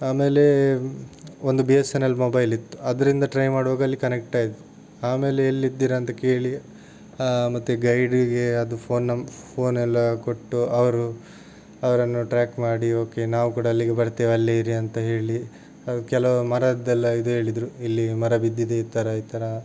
ಆಮೇಲೆ ಒಂದು B S N L mobile ಇತ್ತು ಅದರಿಂದ ಟ್ರೈ ಮಾಡುವಾಗ ಅಲ್ಲಿ ಕನೆಕ್ಟ್ ಆಯಿತು ಆಮೇಲೆ ಎಲ್ಲಿ ಇದ್ದೀರಾ ಅಂತ ಕೇಳಿ ಮತ್ತು ಗೈಡ್ಗೆ ಅದು ಫೋನ್ ನಮ್ಮ ಫೋನೆಲ್ಲ ಕೊಟ್ಟು ಅವರು ಅವರನ್ನು ಟ್ರ್ಯಾಕ್ ಮಾಡಿ ಓಕೆ ನಾವು ಕೂಡ ಅಲ್ಲಿಗೆ ಬರ್ತೇವೆ ಅಲ್ಲೇ ಇರಿ ಅಂತ ಹೇಳಿ ಕೆಲವು ಮರದ್ದೆಲ್ಲ ಇದು ಹೇಳಿದರು ಇಲ್ಲಿ ಮರ ಬಿದ್ದಿದೆ ಈ ಥರ ಈ ಥರ